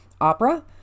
opera